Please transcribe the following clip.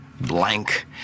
blank